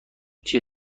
چیه